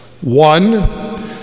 One